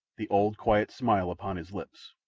the old quiet smile upon his lips.